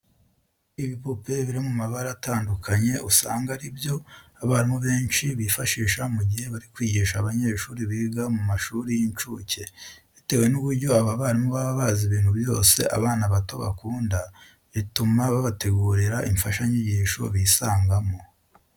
Ibipupe biri mu mabara atandukanye usanga ari byo abarimu benshi bifashisha mu gihe bari kwigisha abanyeshuri biga mu mashuri y'incuke. Bitewe n'uburyo aba barimu baba bazi ibintu byose abana bato bakunda, bituma babategurira imfashanyigisho bisangamo.